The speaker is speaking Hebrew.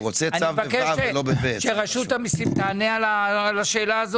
אני מבקש שרשות המיסים תענה על השאלה.